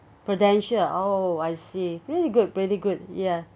Prudential oh I see really good pretty good ya